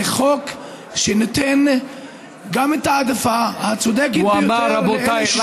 זה חוק שנותן גם את ההעדפה הצודקת רבותיי,